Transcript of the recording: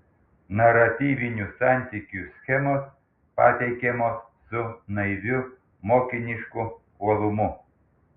naratyvinių santykių schemos pateikiamos su naiviu mokinišku uolumu